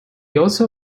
also